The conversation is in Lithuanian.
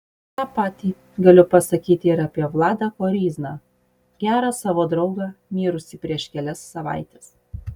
tą patį galiu pasakyti ir apie vladą koryzną gerą savo draugą mirusį prieš kelias savaites